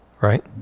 right